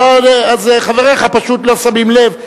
אז חבריך פשוט לא שמים לב,